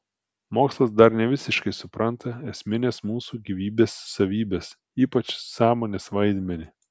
mokslas dar nevisiškai supranta esmines mūsų gyvybės savybes ypač sąmonės vaidmenį